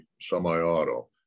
semi-auto